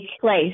place